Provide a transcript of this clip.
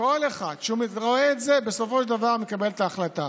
כל אחד שרואה את זה בסופו של דבר מקבל את ההחלטה.